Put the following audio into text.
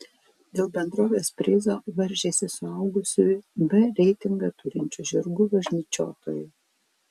dėl bendrovės prizo varžėsi suaugusiųjų b reitingą turinčių žirgų važnyčiotojai